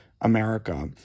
America